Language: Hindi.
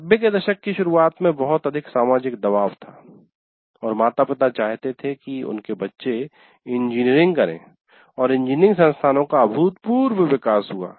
90 के दशक की शुरुआत में बहुत अधिक सामाजिक दबाव था और माता पिता चाहते थे कि उनके बच्चे इंजीनियरिंग करें और इंजीनियरिंग संस्थानों का अभूतपूर्व विकास हुआ